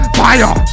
fire